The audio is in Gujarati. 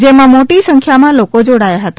જેમાં મોટી સંખ્યામાં લોકો જોડાયા હતા